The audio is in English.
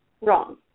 Wrong